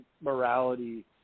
morality